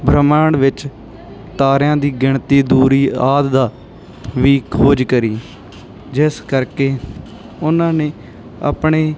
ਬ੍ਰਹਿਮੰਡ ਵਿੱਚ ਤਾਰਿਆਂ ਦੀ ਗਿਣਤੀ ਦੂਰੀ ਆਦਿ ਦੀ ਵੀ ਖੋਜ ਕਰੀ ਜਿਸ ਕਰਕੇ ਉਹਨਾਂ ਨੇ ਆਪਣੇ